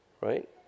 right